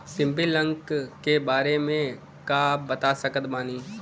CIBIL अंक के बारे मे का आप बता सकत बानी?